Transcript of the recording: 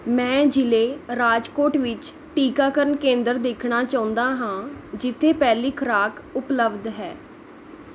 ਮੈਂ ਜ਼ਿਲੇ ਰਾਜਕੋਟ ਵਿੱਚ ਟੀਕਾਕਰਨ ਕੇਂਦਰ ਦੇਖਣਾ ਚਾਹੁੰਦਾ ਹਾਂ ਜਿੱਥੇ ਪਹਿਲੀ ਖੁਰਾਕ ਉਪਲਬਧ ਹੈ